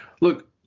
Look